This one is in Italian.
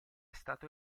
stato